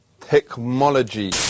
technology